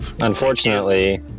Unfortunately